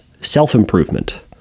self-improvement